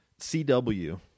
CW